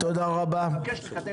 אני רוצה להגיד